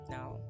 now